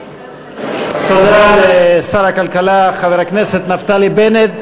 תודה לשר הכלכלה חבר הכנסת נפתלי בנט.